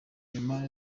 nyuma